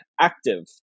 active